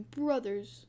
brothers